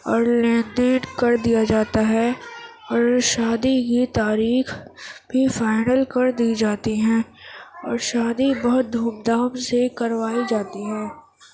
اور لین دین کر دیا جاتا ہے اور شادی کی تاریخ بھی فائنل کردی جاتی ہے اور شادی بہت دھوم دھام سے کروائی جاتی ہے